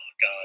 God